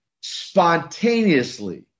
spontaneously